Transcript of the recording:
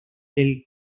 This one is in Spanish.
del